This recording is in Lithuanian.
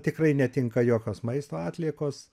tikrai netinka jokios maisto atliekos